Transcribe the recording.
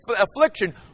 affliction